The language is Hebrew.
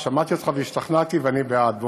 שמעתי אותך והשתכנעתי ואני בעד.